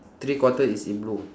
three quarter is in blue